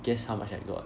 guess how much I got